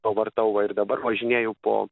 pavartau va ir dabar važinėju po